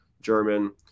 German